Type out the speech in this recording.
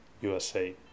USA